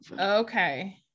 Okay